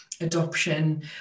adoption